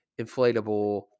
inflatable